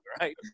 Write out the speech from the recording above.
right